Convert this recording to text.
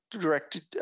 directed